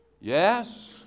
yes